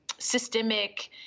systemic